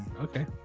okay